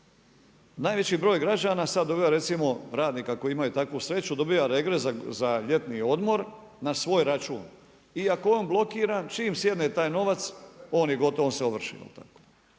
Najveći broj građana sad dobiva recimo radnika koji imaju takvu sreću dobija regres za ljetni odmor na svoj račun. I ako je on blokiran, čim sjedne taj novac on je gotov, on se ovrši.